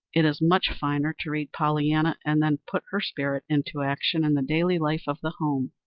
it is much finer to read pollyanna and then put her spirit into action in the daily life of the home.